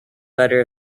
letter